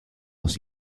dos